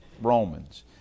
Romans